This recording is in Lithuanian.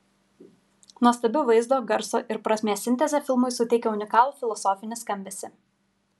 nuostabi vaizdo garso ir prasmės sintezė filmui suteikia unikalų filosofinį skambesį